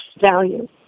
value